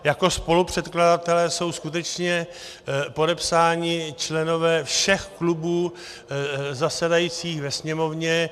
Jako spolupředkladatelé jsou skutečně podepsáni členové všech klubů zasedajících ve Sněmovně.